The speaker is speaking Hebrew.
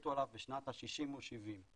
שהחליטו עליו בשנות ה-60 או ה-70.